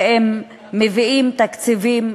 ומביאים תקציבים,